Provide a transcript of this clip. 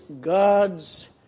God's